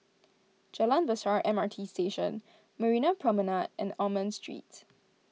Jalan Besar M R T Station Marina Promenade and Almond Street